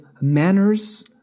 manners